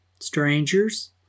strangers